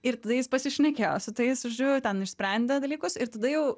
ir tada jis pasišnekėjo su tais žodžiu ten išsprendė dalykus ir tada jau